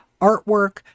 artwork